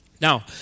Now